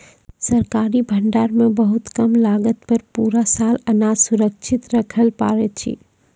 सरकारी भंडार मॅ बहुत कम लागत पर पूरा साल अनाज सुरक्षित रक्खैलॅ पारै छीं